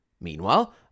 Meanwhile